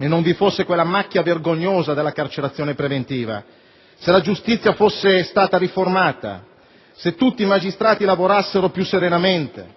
e non vi fosse la macchia vergognosa della carcerazione preventiva, se la giustizia fosse stata riformata, se tutti i magistrati lavorassero più serenamente,